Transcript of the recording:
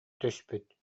түспүт